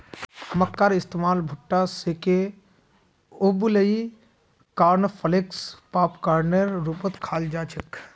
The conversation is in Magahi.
मक्कार इस्तमाल भुट्टा सेंके उबलई कॉर्नफलेक्स पॉपकार्नेर रूपत खाल जा छेक